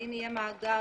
האם יהיה מאגר